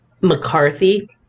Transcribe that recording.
McCarthy